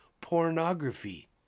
pornography